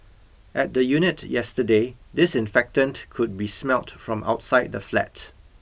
at the unit yesterday disinfectant could be smelt from outside the flat